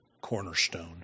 cornerstone